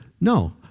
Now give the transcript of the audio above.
No